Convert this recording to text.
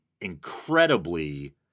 incredibly